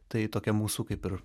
tai tokia mūsų kaip ir